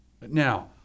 Now